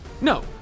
no